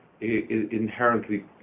inherently